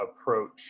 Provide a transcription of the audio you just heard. approach